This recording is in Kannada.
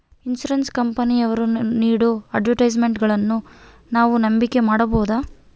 ಇನ್ಸೂರೆನ್ಸ್ ಕಂಪನಿಯವರು ನೇಡೋ ಅಡ್ವರ್ಟೈಸ್ಮೆಂಟ್ಗಳನ್ನು ನಾವು ನಂಬಿಕೆ ಮಾಡಬಹುದ್ರಿ?